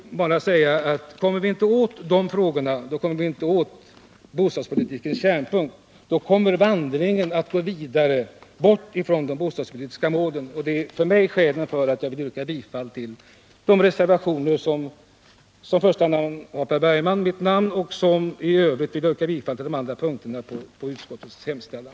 Kommer vi inte åt dessa frågor, då kommer vi inte åt bostadspolitikens kärnpunkt. Då kommer vandringen att gå vidare, bort från de bostadspolitiska målen. Det är för mig skälen till att jag vill yrka bifall till de reservationer som har Per Bergman som första namn, och i övrigt på de andra punkterna bifall till utskottets hemställan.